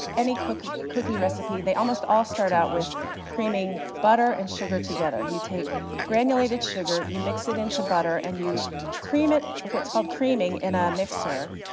any cookie cookie recipe, they almost all start out with creaming butter and sugar together. you take granulated sugar, you mix it into butter, and you cream it, what's called creaming, in a mixer,